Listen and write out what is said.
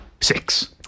six